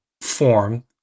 form